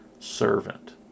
servant